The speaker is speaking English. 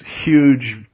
huge